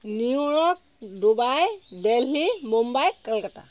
New York Dubai Delhi Mumbai Calcutta